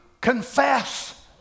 confess